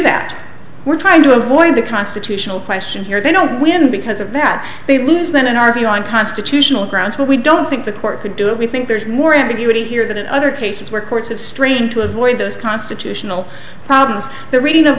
that we're trying to avoid the constitutional question here they don't win because of that they lose that in our view on constitutional grounds but we don't think the court could do it we think there's more ambiguity here than in other cases where courts have strained to avoid those situational problems reading